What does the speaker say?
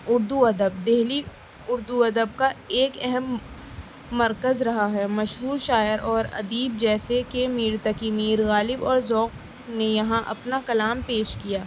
اردو ادب دہلی اردو ادب کا ایک اہم مرکز رہا ہے مشہور شاعر اور ادیب جیسے کہ میر تقی میر غالب اور ذوق نے یہاں اپنا کلام پیش کیا